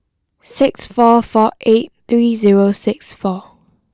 six four four eight three zero six four